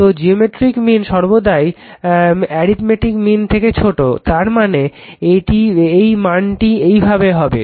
তো geometric mean সর্বদাই arithmetic mean থেকে ছোট তারমানে এই মানটি এইভাবে হবে